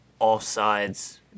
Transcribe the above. offsides